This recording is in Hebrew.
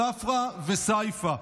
ספרא וסייפא,